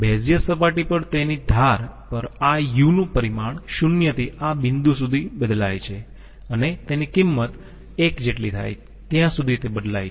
Bezier સપાટી પર તેની ધાર પર આ u નું પરિમાણ 0 થી આ બિંદુ સુધી બદલાય છે અને તેની કિંમત 1 જેટલી થાય ત્યાં સુધી તે બદલાય છે